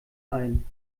ein